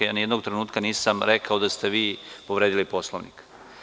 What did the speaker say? Ni jednog trenutka nisam rekao da ste vi povredili Poslovnik.